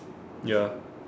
ya